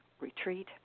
retreat